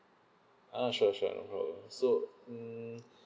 ah sure sure no problem so um